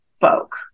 folk